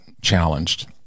challenged